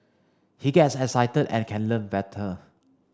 he gets excited and can learn better